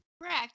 correct